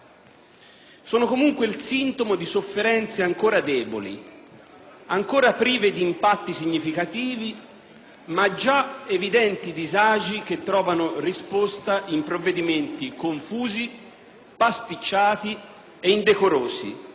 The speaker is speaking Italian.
È comunque il sintomo di sofferenze ancora deboli, ancora prive di impatti significativi, ma di già evidenti disagi che trovano risposta in provvedimenti confusi, pasticciati e indecorosi.